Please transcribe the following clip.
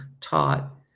taught